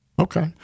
Okay